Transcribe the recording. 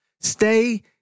stay